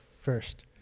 first